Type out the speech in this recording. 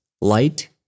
light